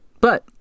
But-